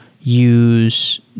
use